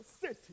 city